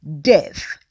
Death